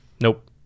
Nope